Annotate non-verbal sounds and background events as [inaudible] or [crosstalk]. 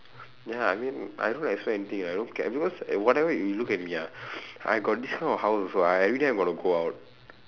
ya I mean I don't expect anything I don't care because whatever you look at me ah [breath] I got this kind of house also I everyday I'm going to go out